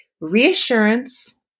reassurance